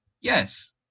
Yes